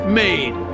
made